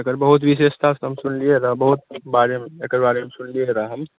एकर बहुत विशेषता सब सुनलियै हॅं बहुत एकरा बारे मे सुनलियै हॅं